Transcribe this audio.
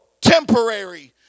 temporary